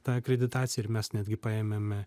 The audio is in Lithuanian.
tą akreditaciją ir mes netgi paėmėme